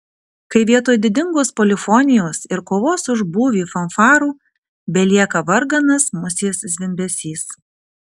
kai vietoj didingos polifonijos ir kovos už būvį fanfarų belieka varganas musės zvimbesys